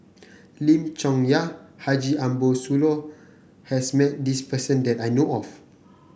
Lim Chong Yah Haji Ambo Sooloh has met this person that I know of